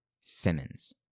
Simmons